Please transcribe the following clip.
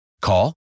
Call